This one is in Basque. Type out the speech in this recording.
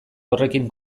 horrekin